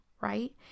right